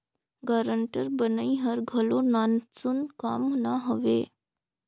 guarantor बनई हर घलो नानसुन काम ना हवे